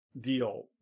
deal